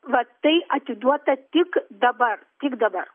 va tai atiduota tik dabar tik dabar